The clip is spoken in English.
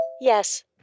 Yes